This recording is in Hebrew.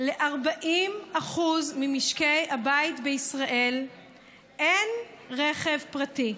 ל-40% ממשקי הבית בישראל אין רכב פרטי.